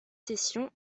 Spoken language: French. sessions